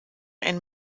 ein